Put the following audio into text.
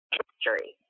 history